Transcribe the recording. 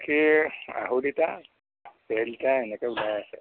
গাখীৰ আঢ়ৈ লিটাৰ ডেৰ লিটাৰ এনেকৈ ওলাই আছে